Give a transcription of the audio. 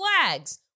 flags